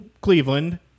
Cleveland